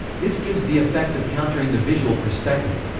this gives the effect of countering the visual perspective.